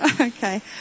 Okay